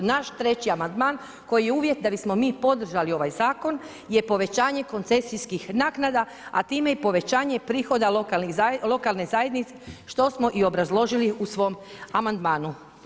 Naš 3 amandman koji je uvjet da bismo mi podržali ovaj zakon, je povećanje koncesijskih naknada a time i povećanje prihoda lokalne zajednice što smo i obrazložili u svom amandmanu.